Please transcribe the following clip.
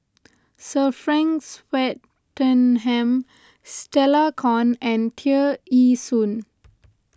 Sir Frank Swettenham Stella Kon and Tear Ee Soon